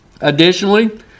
Additionally